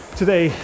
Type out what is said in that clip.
today